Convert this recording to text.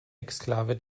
exklave